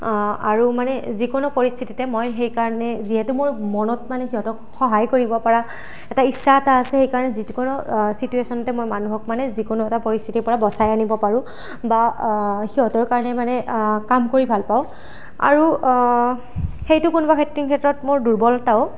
আৰু মানে যিকোনো পৰিস্থিতিতে মই সেইকাৰণে যিহেতু মোৰ মনত মানে সিহঁতক সহায় কৰিব পৰা এটা ইচ্ছা এটা আছে সেইকাৰণে যিকোনো চিটুৱেশ্যনতে মই মানুহক মানে যিকোনো এটা পৰিস্থিতিৰ পৰা বচাই আনিব পাৰোঁ বা সিহঁতৰ কাৰণে মানে কাম কৰি ভাল পাওঁ আৰু সেইটো কোনোবা ক্ষেত্ৰত মোৰ দূৰ্বলতাও